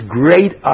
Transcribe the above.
great